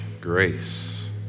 grace